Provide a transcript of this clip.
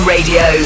Radio